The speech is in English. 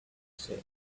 said